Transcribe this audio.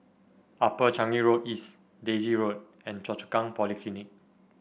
Upper Changi Road East Daisy Road and Choa Chu Kang Polyclinic